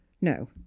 No